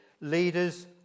leaders